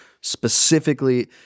specifically